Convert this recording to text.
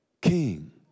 king